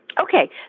Okay